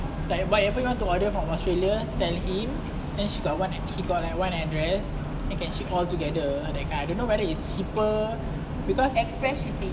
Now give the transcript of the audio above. like whatever you want to order from australia tell him then she got what he got like one address and can ship all together that kind I don't know whether is cheaper because